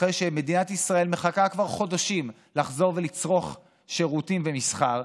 אחרי שמדינת ישראל מחכה כבר חודשים לחזור ולצרוך שירותים ומסחר,